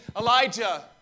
Elijah